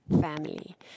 family